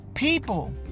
People